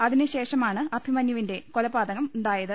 അതിന്ശേഷമാണ് അഭിമന്യുവിന്റെ കൊലപാതകമുണ്ടായത്